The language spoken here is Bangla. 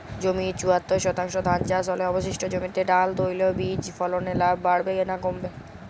জমির চুয়াত্তর শতাংশে ধান চাষ হলে অবশিষ্ট জমিতে ডাল তৈল বীজ ফলনে লাভ বাড়বে না কমবে?